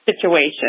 situation